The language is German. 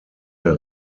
der